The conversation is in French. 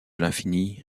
l’infini